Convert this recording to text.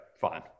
fine